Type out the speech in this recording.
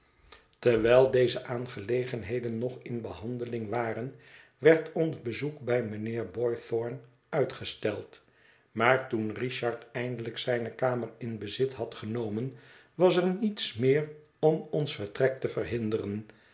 terwijl deze aangelegenheden nog in behandeling waren werd ons bezoek bij mijnheer boythorn uitgesteld maar toen richard eindelijk zijne kamer in bezit had genomen was er niets meer om ons vertrek te verhinderen